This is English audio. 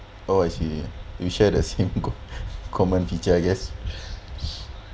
oh I see we shared the same com~ common features I guess